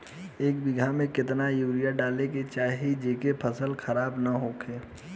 एक बीघा में केतना यूरिया डाले के चाहि जेसे फसल खराब ना होख?